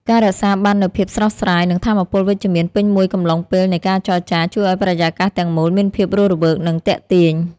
ការរក្សាបាននូវភាពស្រស់ស្រាយ និងថាមពលវិជ្ជមានពេញមួយកំឡុងពេលនៃការចរចា ជួយឱ្យបរិយាកាសទាំងមូលមានភាពរស់រវើក និងទាក់ទាញ។